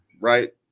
right